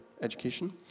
education